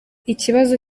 ikibazo